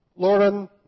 Lauren